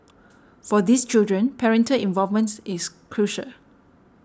for these children parental involvements is crucial